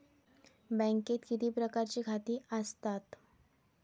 बँकेत किती प्रकारची खाती आसतात?